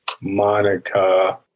Monica